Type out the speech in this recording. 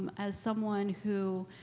as someone who,